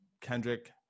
Kendrick